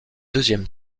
deuxième